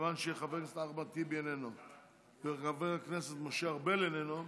כיוון שחבר הכנסת אחמד טיבי איננו וחבר הכנסת משה ארבל איננו,